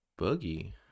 boogie